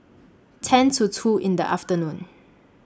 ten to two in The afternoon